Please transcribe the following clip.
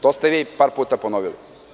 To ste vi par puta ponovili.